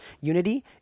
unity